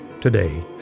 today